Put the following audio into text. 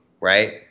right